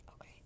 Okay